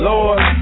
Lord